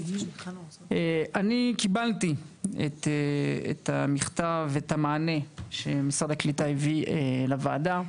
אני קיבלתי את המענה שמשרד הקליטה הביא לוועדה.